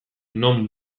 non